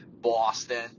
Boston